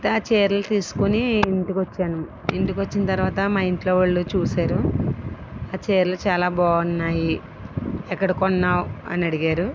ఆ చీరలు తీసుకుని ఇంటికి వచ్చాను ఇంటికి వచ్చిన తర్వాత మా ఇంట్లో వాళ్ళు చూశారు ఆ చీరలు చాలా బాగున్నాయి ఎక్కడ కొన్నావు అని అడిగారు